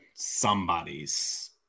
Somebody's